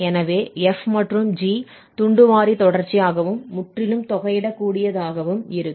எனவே f மற்றும் g துண்டுவாரி தொடர்ச்சியாகவும் முற்றிலும் தொகையிட கூடியதாகவும் இருக்கும்